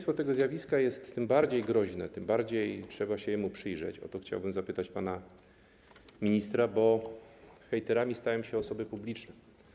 To zjawisko jest tym bardziej groźne, tym bardziej trzeba się mu przyjrzeć - o to chciałbym zapytać pana ministra - że hejterami stają się osoby publiczne.